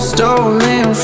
Stolen